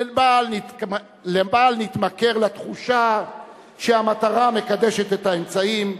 לבל נתמכר לתחושה שהמטרה מקדשת את האמצעים,